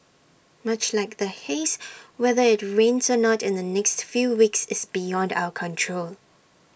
much like the haze whether IT rains or not in the next few weeks is beyond our control